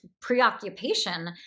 preoccupation